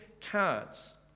cards